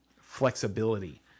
flexibility